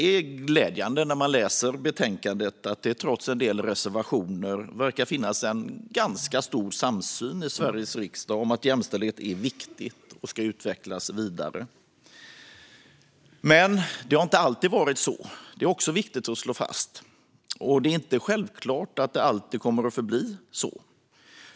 I betänkandet är det glädjande att se att det, trots en del reservationer, verkar finnas en ganska stor samsyn i Sveriges riksdag om att jämställdhet är viktigt och ska utvecklas vidare. Men det har inte alltid varit så - det är också viktigt att slå fast. Och det är inte självklart att det alltid kommer att förbli så.